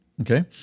Okay